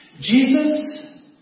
Jesus